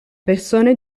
persone